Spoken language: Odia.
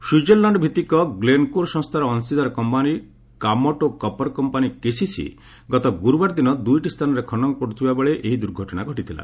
ସ୍ପିଜରଲ୍ୟାଣ୍ଡ ଭିତ୍ତିକ ଗ୍ଲେନ୍କୋର୍ ସଂସ୍ଥାର ଅଂଶୀଦାର company Kamoto copper company KCC ଗତ ଗୁରୁବାର ଦିନ ଦୁଇଟି ସ୍ଥାନରେ ଖନନ କରୁଥିବା ବେଳେ ଏହି ଦୁର୍ଘଟଣା ଘଟିଥିଲା